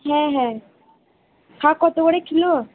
হ্যাঁ হ্যাঁ শাক কত করে কিলো